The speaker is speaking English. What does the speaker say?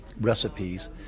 recipes